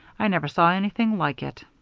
i never saw anything like it.